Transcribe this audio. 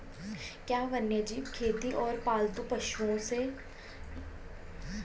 क्या वन्यजीव खेती गैर पालतू पशुओं से मिलने वाले चमड़े व फर इत्यादि के लिए होती हैं?